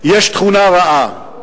יש תכונה רעה,